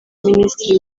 minisitiri